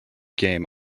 game